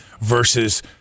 versus